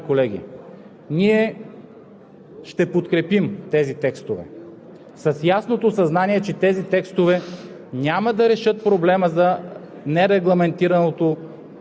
се днес българският парламент да направи така, че да имаме законодателство, което да реши проблема. Само че, уважаеми колеги, ние